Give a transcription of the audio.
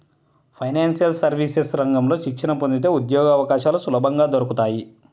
financial services రంగంలో శిక్షణ పొందితే ఉద్యోగవకాశాలు సులభంగా దొరుకుతాయి